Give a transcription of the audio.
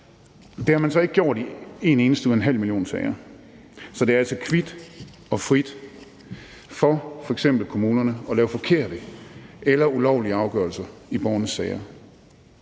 Det har man så ikke gjort i en eneste ud en halv million sager. Så det er altså kvit og frit for f.eks. kommunerne at lave forkerte eller ulovlige afgørelser i borgernes sager.